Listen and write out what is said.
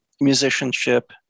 musicianship